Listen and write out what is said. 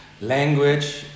language